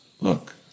look